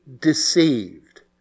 deceived